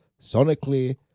sonically